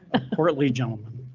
a courtly gentlemen?